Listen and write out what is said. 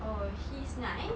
oh he's nice